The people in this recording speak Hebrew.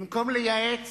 במקום לייעץ